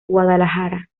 guadalajara